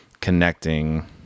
connecting